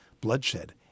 bloodshed